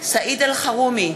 סעיד אלחרומי,